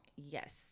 Yes